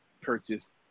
purchased